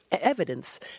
evidence